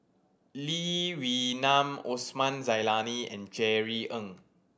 Lee Wee Nam Osman Zailani and Jerry Ng